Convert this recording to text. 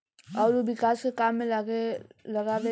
अउरी उ विकास के काम में लगावेले